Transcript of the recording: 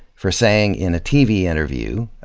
for saying in a tv interview,